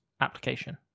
application